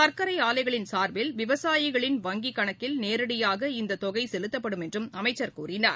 சா்க்கரை ஆலைகளின் சா்பில் விவசாயிகளின் வங்கிக்கணக்கில் நேரடியாக இந்த தொகை செலுத்தப்படும் என்றும் அமைச்சர் கூறினார்